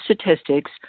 statistics